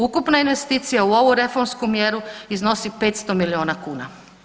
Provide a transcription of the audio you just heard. Ukupna investicija u ovu reformsku mjeru iznosi 500 milijuna kuna.